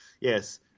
yes